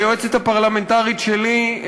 היועצת הפרלמנטרית שלי,